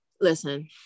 Listen